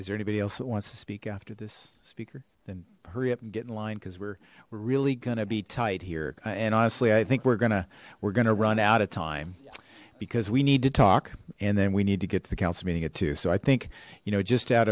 is there anybody else that wants to speak after this speaker then hurry up and get in line cuz we're really gonna be tight here and honestly i think we're gonna we're gonna run out of time because we need to talk and then we need to get to the council meeting at two zero so i think you know just out